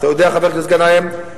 חבר הכנסת גנאים,